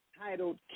titled